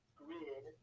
grid